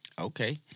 Okay